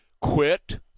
Quit